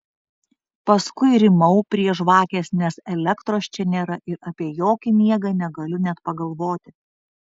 paskui rymau prie žvakės nes elektros čia nėra ir apie jokį miegą negaliu net pagalvoti